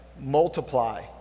Multiply